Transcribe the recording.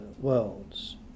worlds